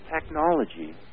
technology